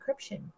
encryption